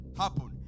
happen